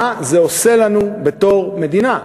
מה זה עושה לנו בתור מדינה,